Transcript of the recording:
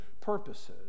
purposes